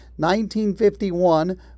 1951